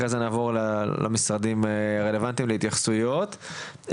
אחרי זה נעבור למשרדים הרלוונטיים להתייחסויות.